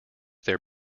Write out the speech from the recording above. their